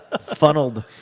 funneled